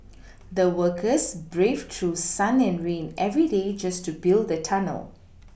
the workers braved through sun and rain every day just to build the tunnel